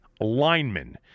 linemen